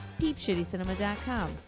peepshittycinema.com